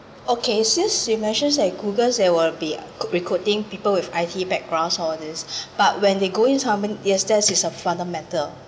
okay since you mentions that Googles they will be recruiting people with I_T backgrounds all this but when they go in is another matter